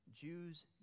Jews